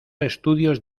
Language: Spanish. estudios